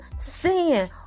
Sin